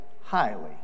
highly